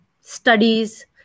studies